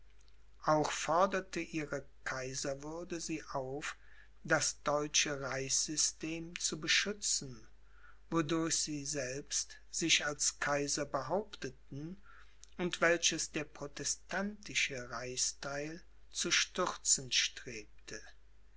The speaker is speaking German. auch forderte ihre kaiserwürde sie auf das deutsche reichssystem zu beschützen wodurch sie selbst sich als kaiser behaupteten und welches der protestantische reichstheil zu stürzen strebte